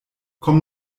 komm